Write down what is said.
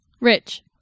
Rich